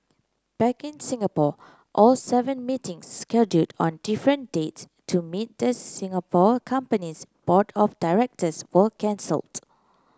back in Singapore all seven meetings scheduled on different dates to meet the Singapore company's board of directors were cancelled